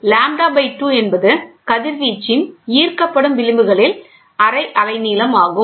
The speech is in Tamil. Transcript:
லாம்ப்டா பை 2 என்பது கதிர்வீச்சின் ஈர்க்கப்படும் விளிம்புகளில் அரை அலை நீளம் ஆகும்